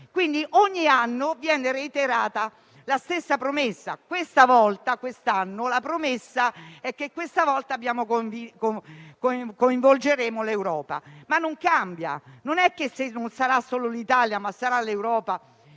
Ogni anno viene reiterata la stessa promessa; quest'anno la promessa è che questa volta coinvolgeremo l'Europa. Ma non cambia; non è che, se non sarà solo l'Italia, ma sarà l'Europa